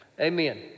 Amen